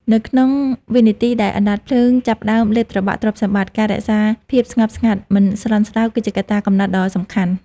នៅក្នុងវិនាទីដែលអណ្ដាតភ្លើងចាប់ផ្ដើមលេបត្របាក់ទ្រព្យសម្បត្តិ ការរក្សាភាពស្ងប់ស្ងាត់មិនស្លន់ស្លោ គឺជាកត្តាកំណត់ដ៏សំខាន់។